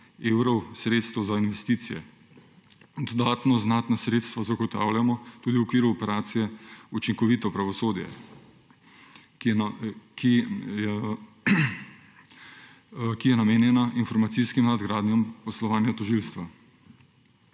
evrov sredstev za investicije. Dodatno znatna sredstva zagotavljamo tudi v okviru operacije Učinkovito pravosodje, ki je namenjena informacijskim nadgradnjam poslovanja tožilstva.